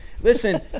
Listen